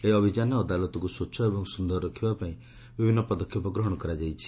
ଏହି ଅଭିଯାନରେ ଅଦାଲତକୁ ସ୍ୱଛ ଏବଂ ସୁନ୍ଦର ରଖିବା ପାଇଁ ବିଭିନୁ ପଦକ୍ଷେପ ଗ୍ରହଣ କରାଯାଇଛି